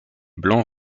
blanc